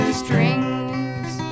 strings